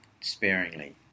sparingly